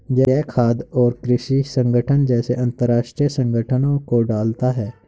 यह खाद्य और कृषि संगठन जैसे अंतरराष्ट्रीय संगठनों को डालता है